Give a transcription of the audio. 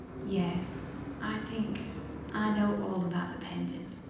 yes i think i know all about the pendant,